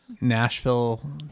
Nashville